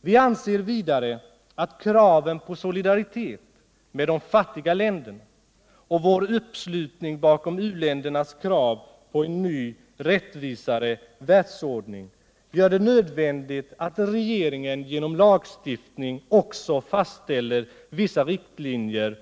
Vi anser vidare att kraven på solidaritet med de fattiga länderna och vår uppslutning bakom u-ländernas krav på en ny ekonomisk världsordning gör det nödvändigt att regeringen genom lagstiftning också fastställer vissa riktlinjer